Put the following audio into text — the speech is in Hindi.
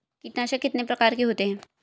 कीटनाशक कितने प्रकार के होते हैं?